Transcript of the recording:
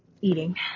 eating